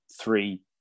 three